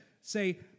say